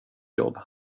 jobb